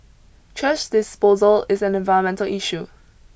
thrash disposal is an environmental issue